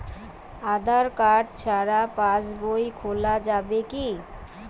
আধার card ছাড়া পাশবই খোলা যাবে কি?